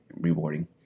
rewarding